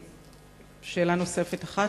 שאלה נוספת אחת?